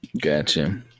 Gotcha